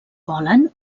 volen